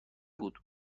بود